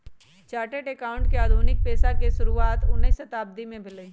chartered accountant के आधुनिक पेशा के शुरुआत उनइ शताब्दी में भेलइ